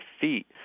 feet